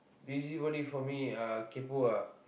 busybody for me uh kaypoh ah